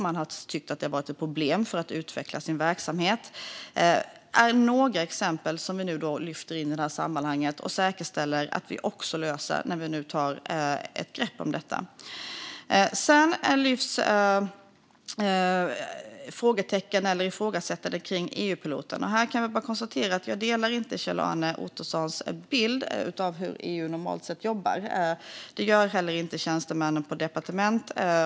Man har tyckt att det har varit ett problem när det gäller att utveckla sin verksamhet. Det är några exempel som vi nu lyfter in i detta sammanhang och säkerställer att vi också löser när vi nu tar ett grepp om detta. Sedan görs det ett ifrågasättande kring EU-piloten. Här kan jag bara konstatera att jag inte delar Kjell-Arne Ottossons bild av hur EU normalt sett jobbar. Det gör inte heller tjänstemännen på olika departement.